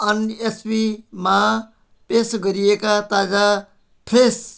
एनएसपीमा पेस गरिएका ताजा फ्रेस